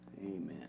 Amen